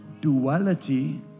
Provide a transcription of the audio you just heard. Duality